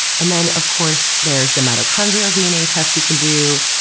and then, of course, there is the mitochondrial dna test you can do.